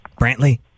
Brantley